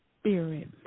spirit